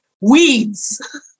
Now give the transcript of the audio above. weeds